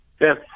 Yes